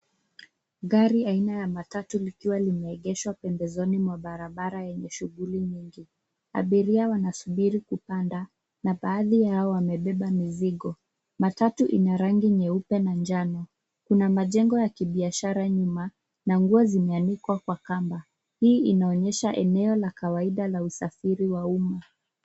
Gari aina ya matatu likiwa limeegesha pembezoni mwa barabara yenye shuguli nyingi. Abiria wanasubiri kupanda na baadhi yao wamebeba mizigo. Matatu ina rangi nyeupe na njano. Kuna majengo za kibiashara nyuma na nguo zimeanikwa kwa kamba. Hii inaonyesha eneo la kawaida la usafiri wa umma.